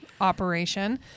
operation